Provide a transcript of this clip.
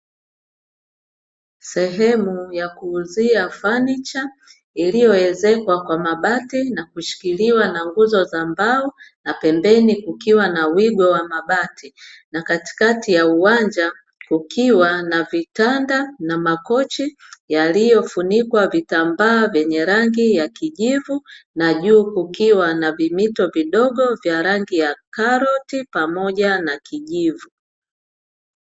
Sehemu ya kuuzia fanicha, iliyoezekwa kwa mabati na kushikiliwa na nguzo za mbao, na pembeni kukiwa na wigo wa mabati, na katikati ya uwanja kukiwa na vitanda na makochi, yaliyofunikwa vitambaa vyenye rangi ya kijivu na juu kukiwa na vimito vidogo vya rangi ya karoti pamoja na kijivu.